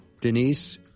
Denise